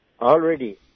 Already